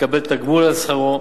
יקבל גמול על שכרו.